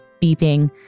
beeping